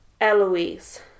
Eloise